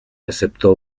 aceptó